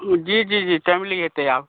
जी जी जी टाइमली हेतैक आब